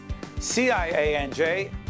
CIANJ